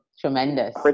Tremendous